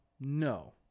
no